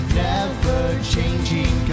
never-changing